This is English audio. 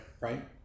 Right